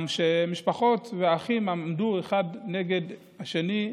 כשמשפחות ואחים עמדו אחד נגד השני,